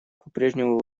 попрежнему